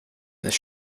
this